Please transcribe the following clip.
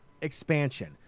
expansion